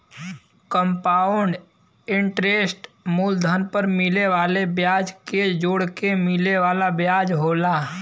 compound interest मूलधन पर मिले वाले ब्याज के जोड़के मिले वाला ब्याज होला